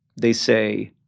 they say,